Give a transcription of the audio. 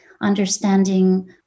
understanding